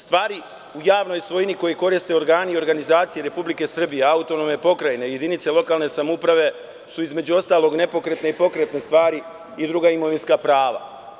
Stvari u javnoj svojini koje koriste organi i organizacije Republike Srbije, autonomne pokrajine i jedinice lokalne samouprave su, između ostalog, nepokretne i pokretne stvari i druga imovinska prava.